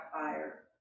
fire